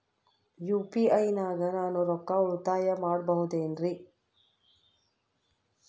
UPI ನಾಗ ನಾನು ರೊಕ್ಕ ಉಳಿತಾಯ ಮಾಡಬಹುದೇನ್ರಿ?